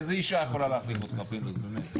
תרצה גם להתייחס, חבר הכנסת רז?